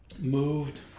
moved